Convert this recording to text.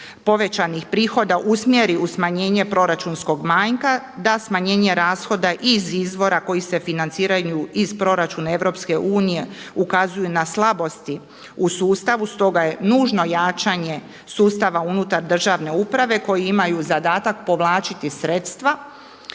povećanih prihoda usmjeri u smanjenje proračunskog manjka, da smanjenje rashoda i izvora koji se financiraju iz proračuna EU ukazuju na slabosti u sustavu, stoga je nužno jačanje sustava unutar državne uprave koji imaju zadatak povlačiti sredstva